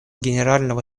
генерального